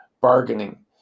bargaining